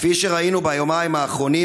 כפי שראינו ביומיים האחרונים,